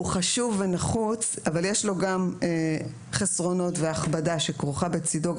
הוא חשוב ונחוץ אבל יש לו גם חסרונות והכבדה שכרוכה בצידו,